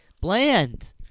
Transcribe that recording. bland